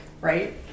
right